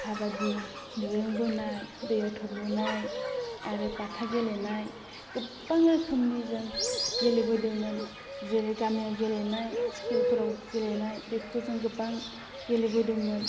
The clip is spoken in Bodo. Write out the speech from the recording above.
खाबादि दिरुं बोनाय दैयाव थब्ल'नाय आरो बाथा गेलेनाय गोबां रोखोमनि जों गेलेबोदोंमोन जेरै गामियाव गेलेनाय स्कुलफोराव गेलेनाय बेफोरखौ जों गोबां गेलेबोदोंमोन